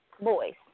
boys